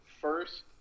first